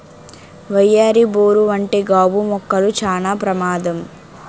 వయ్యారి బోరు వంటి గాబు మొక్కలు చానా ప్రమాదం